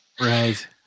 Right